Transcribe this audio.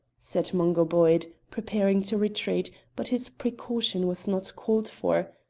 said mungo boyd, preparing to retreat, but his precaution was not called for,